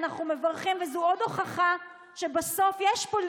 הוועדה לפניות הציבור, הוועדה לפניות הציבור.